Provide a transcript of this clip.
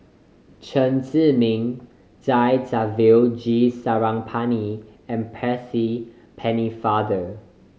Chen Zhiming Thamizhavel G Sarangapani and Percy Pennefather